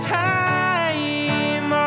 time